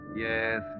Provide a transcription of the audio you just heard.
Yes